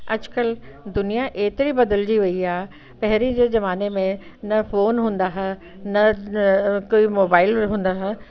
अॼुकल्ह दुनिया एतिरी बदिलजी वई आहे पहिरीं जे ज़माने में न फोन हूंदो हुओ न न कोई मोबाइल हूंदा हुआ